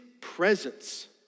presence